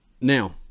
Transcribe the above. Now